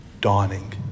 dawning